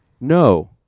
no